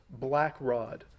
Blackrod